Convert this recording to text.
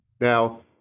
Now